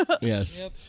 Yes